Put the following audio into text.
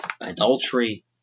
adultery